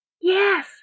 Yes